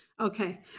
Okay